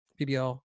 pbl